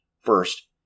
First